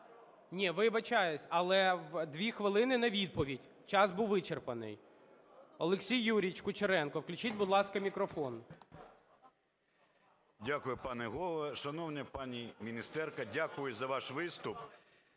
Ні, вибачаюсь, але 2 хвилини на відповідь, час був вичерпаний. Олексій Юрійович Кучеренко, включіть, будь ласка, мікрофон. 10:58:43 КУЧЕРЕНКО О.Ю. Дякую, пане Голово. Шановна пані міністерка, дякую за ваш виступ.